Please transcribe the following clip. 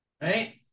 Right